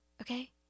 Okay